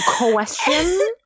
question